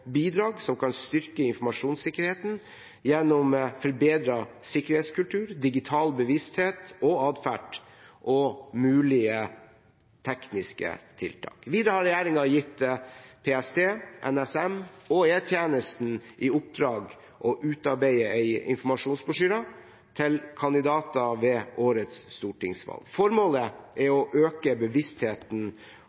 bidrag som kan styrke informasjonssikkerheten gjennom forbedret sikkerhetskultur, digital bevissthet og atferd, og mulige tekniske tiltak. Videre har regjeringen gitt PST, NSM og E-tjenesten i oppdrag å utarbeide en informasjonsbrosjyre til kandidater ved årets stortingsvalg. Formålet er